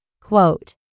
Quote